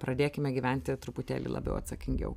pradėkime gyventi truputėlį labiau atsakingiau